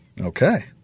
Okay